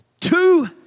two